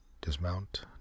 dismount